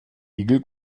igel